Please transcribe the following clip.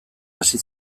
hasi